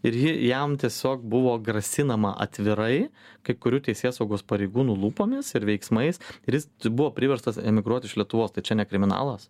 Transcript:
ir jį jam tiesiog buvo grasinama atvirai kai kurių teisėsaugos pareigūnų lūpomis ir veiksmais ir jis buvo priverstas emigruot iš lietuvos tai čia ne kriminalas